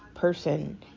Person